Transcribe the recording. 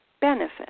benefit